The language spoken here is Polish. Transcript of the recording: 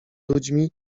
ludźmi